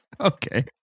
Okay